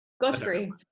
Godfrey